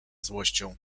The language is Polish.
złością